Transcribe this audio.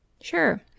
Sure